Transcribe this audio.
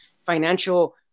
financial